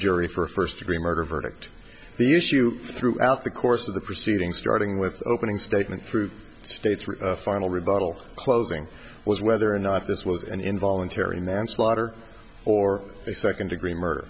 jury for a first degree murder verdict the issue throughout the course of the proceeding starting with opening statement through state's final rebuttal closing was whether or not this was an involuntary manslaughter or second degree murder